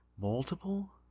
multiple